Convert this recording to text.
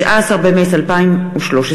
19 במרס 2013,